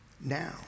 now